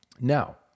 Now